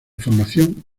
formación